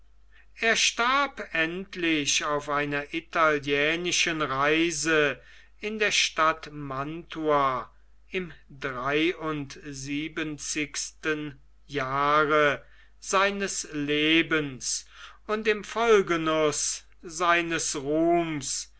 er starb endlich auf einer italienischen reise in der stadt mantua im drei und siebzigsten jahre seines lebens und im vollgenuß seines ruhms